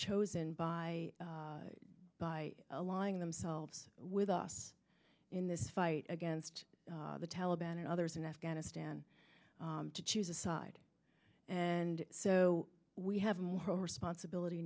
chosen by by allying themselves with us in this fight against the taliban and others in afghanistan to choose a side and so we have more responsibility